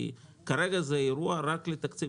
כרגע זה אירוע רק לתקציב